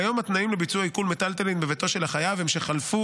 כיום התנאים לביצוע עיקול מיטלטלין בביתו של החייב הם שחלפו